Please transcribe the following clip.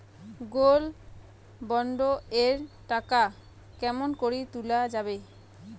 Gold bond এর টাকা কেমন করি তুলা যাবে?